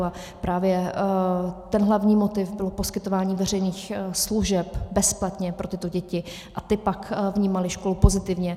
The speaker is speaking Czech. A právě ten hlavní motiv bylo poskytování veřejných služeb bezplatně pro tyto děti a ty pak vnímaly školu pozitivně.